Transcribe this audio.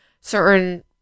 certain